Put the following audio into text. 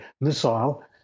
missile